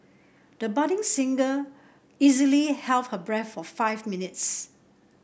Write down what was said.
the budding singer easily her breath for five minutes